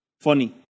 funny